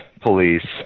police